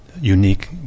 unique